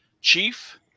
chief